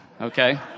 okay